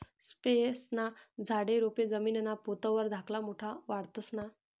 फयेस्ना झाडे, रोपे जमीनना पोत वर धाकला मोठा वाढतंस ना?